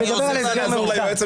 אני מדבר על הסדר מאוזן.